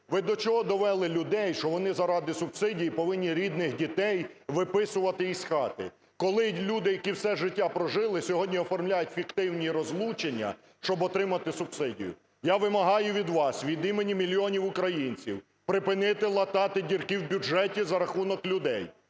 ви до чого довели людей, що вони заради субсидій повинні рідних дітей виписувати із хати?! Коли люди, які все життя прожили, сьогодні оформляють фіктивні розлучення, щоб отримати субсидію. Я вимагаю від вас від імені мільйонів українців припинити латати дірки в бюджеті за рахунок людей,